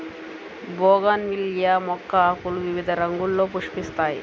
bougainvillea మొక్క ఆకులు వివిధ రంగుల్లో పుష్పిస్తాయి